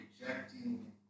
rejecting